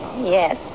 Yes